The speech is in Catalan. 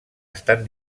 estan